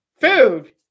food